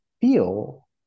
feel